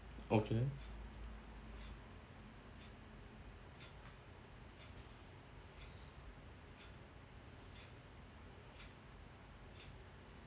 okay